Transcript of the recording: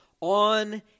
on